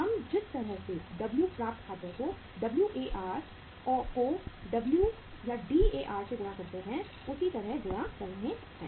हम जिस तरह से W प्राप्त खातों को WAR को DAR से गुणा करते हैं उसी तरह से गुणा कर रहे हैं